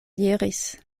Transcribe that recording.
diris